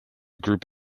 group